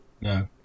No